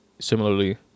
similarly